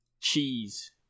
Cheese